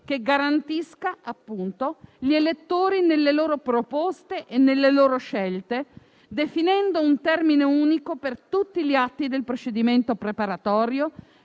che garantisca gli elettori nelle loro proposte e scelte, definendo un termine unico per tutti gli atti del procedimento preparatorio,